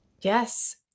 Yes